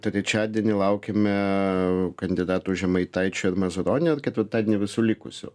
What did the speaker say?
trečiadienį laukiame kandidatų žemaitaičio ir mazuronio ketvirtadienį visų likusių